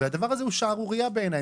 הדבר הזה הוא שערורייה בעיניי,